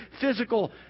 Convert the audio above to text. physical